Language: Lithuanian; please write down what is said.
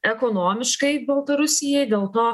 ekonomiškai baltarusijai dėl to